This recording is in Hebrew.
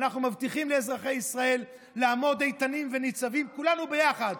ואנחנו מבטיחים לאזרחי ישראל לעמוד איתנים וניצבים כולנו ביחד,